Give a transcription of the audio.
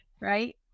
Right